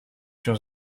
się